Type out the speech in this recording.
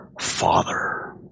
father